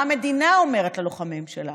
מה המדינה אומרת ללוחמים שלה?